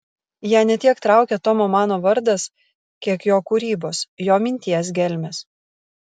ją ne tiek traukia tomo mano vardas kiek jo kūrybos jo minties gelmės